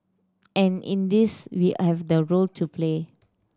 and in this we have the role to play